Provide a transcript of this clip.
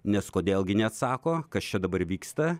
nes kodėl gi neatsako kas čia dabar vyksta